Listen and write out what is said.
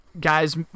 Guys